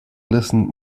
listened